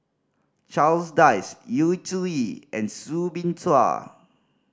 Charles Dyce Yu Zhuye and Soo Bin Chua